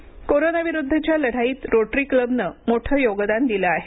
rotary corona विरुद्धच्या लढाईत Rotary क्लबनं मोठं योगदान दिलं आहे